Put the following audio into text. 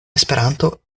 esperanto